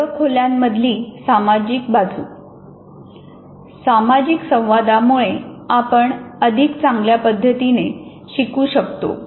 वर्गखोल्या मधली सामाजिक बाजू सामाजिक संवादामुळे आपण अधिक चांगल्या पद्धतीने शिकू शकतो